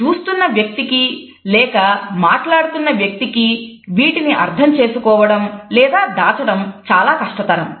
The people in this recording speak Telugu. కాబట్టి చూస్తున్న వ్యక్తికి లేక మాట్లాడుతున్న వ్యక్తికి వీటిని అర్థం చేసుకోవడం లేదా దాచటం చాలా కష్టతరం